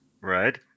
Right